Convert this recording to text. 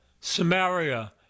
Samaria